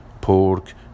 pork